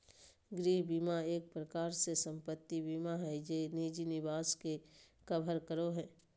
गृह बीमा एक प्रकार से सम्पत्ति बीमा हय जे निजी निवास के कवर करो हय